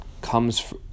comes